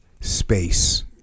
space